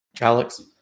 Alex